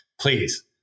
please